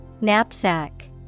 Knapsack